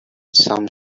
some